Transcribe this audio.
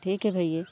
ठीक है भैया